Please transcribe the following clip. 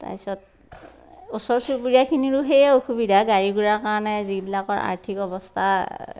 তাৰপিছত ওচৰ চুবুৰীয়াখিনিৰো সেয়ে অসুবিধা গাড়ী গুৰা কাৰণে যিবিলাকৰ আৰ্থিক অৱস্থা